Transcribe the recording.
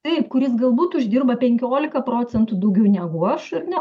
taip kuris galbūt uždirba penkiolika procentų daugiau negu aš ar ne